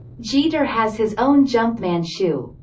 jeter has his own jumpman shoe.